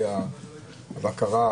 הכנסת בני בגין יש שאלה ואנחנו מתקדמים.